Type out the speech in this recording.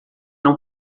não